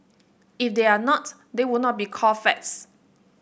if they are not they would not be called facts